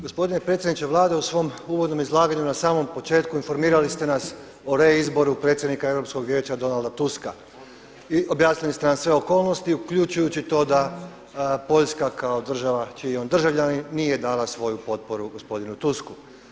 Gospodine predsjedniče Vlade, u svom uvodnom izlaganju na samom početku informirali ste nas o reizboru predsjednika Europskog vijeća Donalda Tuska i objasnili ste nam sve okolnosti uključujući to da Poljska kao država čiji je on državljanin nije dala svoju potporu gospodinu Tusku.